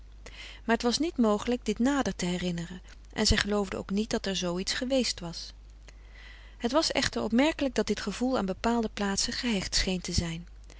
maar het was niet mogelijk dit nader te herinneren en zij geloofde ook niet dat er zoo iets geweest was het was echter opmerkelijk dat dit gevoel aan bepaalde plaatsen gehecht scheen te zijn